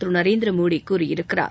திரு நரேந்திர மோடி கூறியிருக்கிறார்